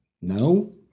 no